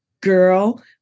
Girl